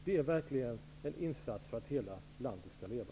Det skulle verkligen vara en insats för att hela landet skall leva.